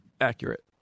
Accurate